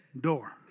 door